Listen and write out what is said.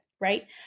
right